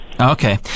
Okay